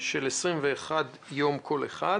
של 21 יום כל אחת,